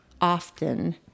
often